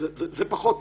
זה פחות טוב,